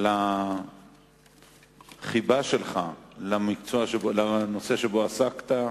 על החיבה שלך לנושא שבו עסקת,